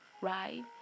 right